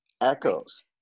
echoes